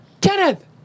Kenneth